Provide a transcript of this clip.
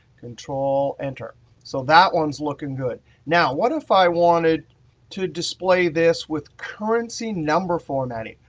control-enter. so that one's looking good. now what if i wanted to display this with currency number formatting?